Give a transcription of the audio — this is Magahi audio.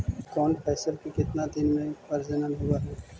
कौन फैसल के कितना दिन मे परजनन होब हय?